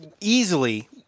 easily